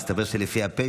מסתבר שלפי הפ',